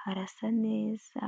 harasa neza.